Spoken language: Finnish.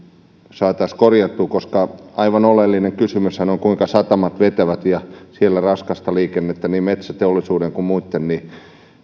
saataisiin korjattua koska aivan oleellinen kysymyshän on kuinka satamat vetävät siellä on raskasta liikennettä niin metsäteollisuuden kuin muitten